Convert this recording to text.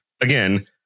again